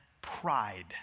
pride